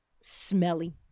smelly